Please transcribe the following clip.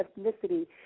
ethnicity